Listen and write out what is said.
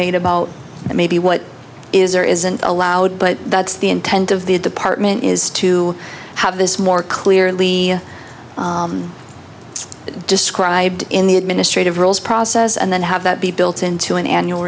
made about maybe what is or isn't allowed but that's the intent of the department is to have this more clearly described in the administrative rules process and then have that be built into an annual